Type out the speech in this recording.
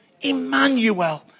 Emmanuel